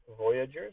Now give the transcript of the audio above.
Voyagers